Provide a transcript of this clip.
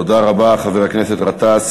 תודה רבה, חבר הכנסת גטאס.